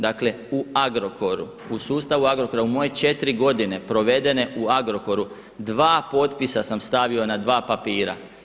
Dakle u Agrokoru, u sustavu Agrokora u moje 4 godine provedene u Agrokoru dva potpisa sam stavio na dva papira.